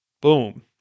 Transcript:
Boom